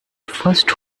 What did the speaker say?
first